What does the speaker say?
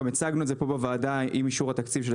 גם הצגנו את זה פה בוועדה עם אישור התקציב של 2021